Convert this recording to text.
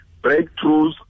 Breakthroughs